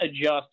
adjust